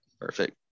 Perfect